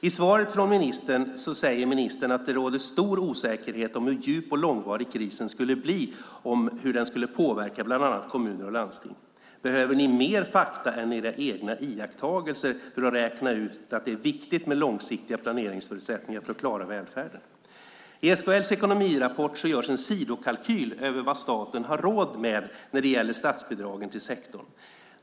I svaret säger ministern att det rådde stor osäkerhet om hur djup och långvarig krisen skulle bli och hur den skulle påverka bland andra kommuner och landsting. Behöver ni mer fakta än era egna iakttagelser för att räkna ut att det är viktigt med långsiktiga planeringsförutsättningar för att klara välfärden? I SKL:s ekonomirapport görs en sidokalkyl över vad staten har råd med när det gäller statsbidragen till sektorn.